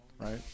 right